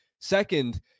Second